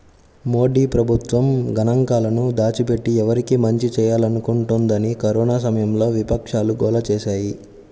మోదీ ప్రభుత్వం గణాంకాలను దాచిపెట్టి, ఎవరికి మంచి చేయాలనుకుంటోందని కరోనా సమయంలో విపక్షాలు గోల చేశాయి